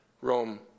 Rome